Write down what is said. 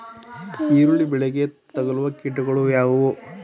ಈರುಳ್ಳಿ ಬೆಳೆಗೆ ತಗಲುವ ಕೀಟಗಳು ಯಾವುವು?